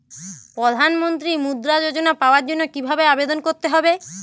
প্রধান মন্ত্রী মুদ্রা যোজনা পাওয়ার জন্য কিভাবে আবেদন করতে হবে?